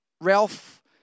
Ralph